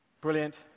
Brilliant